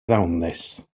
ddawnus